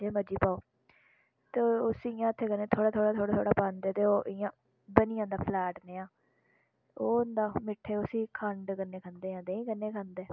जे मर्जी पाओ ते उसी इ'यां हत्थें कन्नै थोह्ड़ा थोह्ड़ा पांदे ते ओह् इ'यां बनी जंदा फ्लैट नेहा ओह् होंदा मिट्ठे उसी खंड कन्नै खंदे जां देहीं कन्नै खंदे